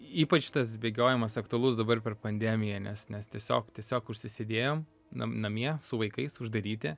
ypač tas bėgiojimas aktualus dabar per pandemiją nes nes tiesiog tiesiog užsisėdėjom nam namie su vaikais uždaryti